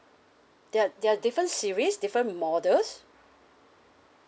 they are they are different series different models